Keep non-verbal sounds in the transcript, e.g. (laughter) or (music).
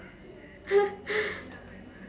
(laughs)